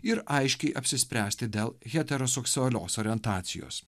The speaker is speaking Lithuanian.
ir aiškiai apsispręsti dėl heteroseksualios orientacijos